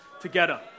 together